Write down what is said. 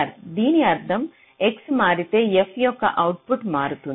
దీని అర్థం x మారితే f యొక్క అవుట్పుట్ మారుతుందా